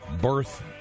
birth